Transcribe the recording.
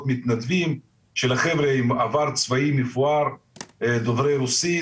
מתנדבים של חבר'ה עם עבר צבאי מפואר דוברי רוסית,